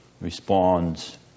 responds